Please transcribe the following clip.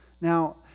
Now